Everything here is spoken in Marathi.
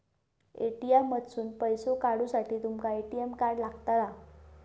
ए.टी.एम मधसून पैसो काढूसाठी तुमका ए.टी.एम कार्ड लागतला